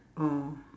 oh